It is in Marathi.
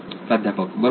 प्राध्यापक बरोबर होय